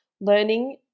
learning